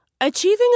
Achieving